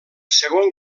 segon